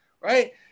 Right